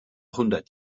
hundert